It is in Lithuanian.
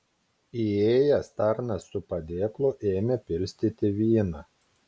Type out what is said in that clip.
įėjęs tarnas su padėklu ėmė pilstyti vyną